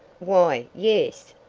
why, yes,